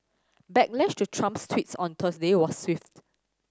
backlash to Trump's tweets on Thursday was swift